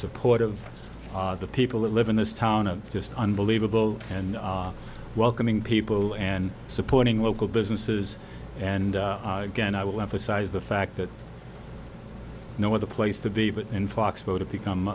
supportive of the people that live in this town of just unbelievable and welcoming people and supporting local businesses and again i will emphasize the fact that no other place to be but in foxborough to become